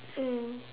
mm